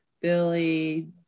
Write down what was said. Billy